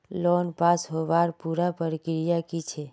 Loan pass होबार पुरा प्रक्रिया की छे?